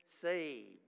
saved